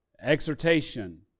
exhortation